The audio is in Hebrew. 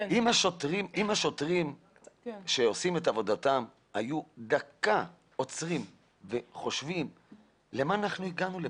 אם השוטרים שעושים את עבודתם היו עוצרים לדקה וחושבים למה הגענו לפה,